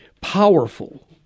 powerful